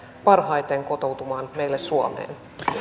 parhaiten kotoutumaan meille suomeen